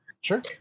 Sure